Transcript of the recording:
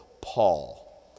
Paul